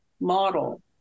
model